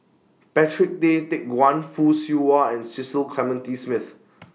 Patrick Tay Teck Guan Fock Siew Wah and Cecil Clementi Smith